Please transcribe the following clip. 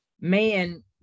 man